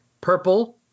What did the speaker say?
purple